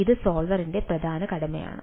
ഇത് സോൾവറിന്റെ പ്രധാന കടമയാണ്